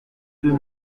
deux